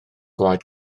gwaed